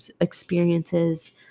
experiences